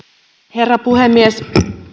herra puhemies